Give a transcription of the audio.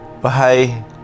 Bye